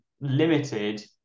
limited